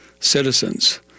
Citizens